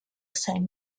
same